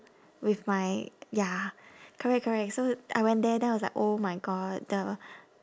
with my ya correct correct so I went there then I was like oh my god the